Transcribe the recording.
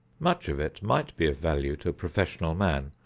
much of it might be of value to a professional man,